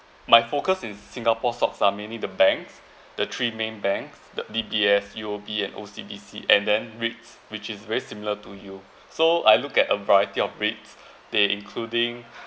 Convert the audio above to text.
my focus is singapore stocks lah mainly the banks the three main bank the D_B_S U_O_B and O_C_B_C and then which which is very similar to you so I look at a variety of rates they including